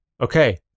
okay